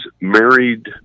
married